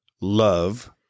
love